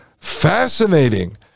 fascinating